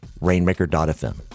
rainmaker.fm